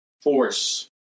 force